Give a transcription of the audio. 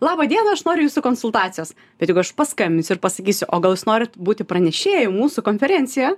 laba diena aš noriu jūsų konsultacijos bet jeigu aš paskambinsiu ir pasakysiu o gal jūs norit būti pranešėja į mūsų konferenciją